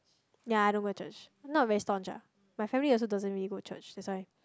ya I don't go church not very staunch ah my family also doesn't really go church that's why